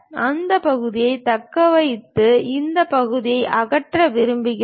அந்த பகுதியை தக்கவைத்து இந்த பகுதியை அகற்ற விரும்புகிறோம்